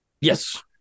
Yes